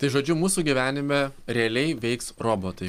tai žodžiu mūsų gyvenime realiai veiks robotai